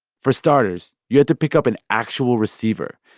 for starters, you had to pick up an actual receiver.